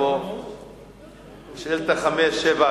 מג'אדלה,